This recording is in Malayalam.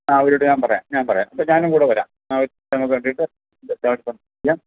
ആ അവരോട് ഞാൻ പറയാം ഞാൻ പറയാം അപ്പോൾ ഞാനും കൂടെ വരാം ആ വന്ന് കണ്ടിട്ട് ചെയ്യാം